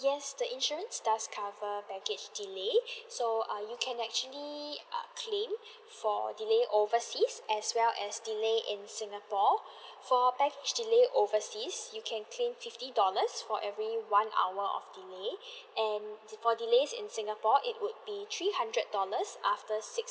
yes the insurance does cover baggage delay so err you can actually err claim for delay overseas as well as delay in singapore for baggage delay overseas you can claim fifty dollars for every one hour of delay and for delays in singapore it would be three hundred dollars after six